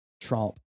trump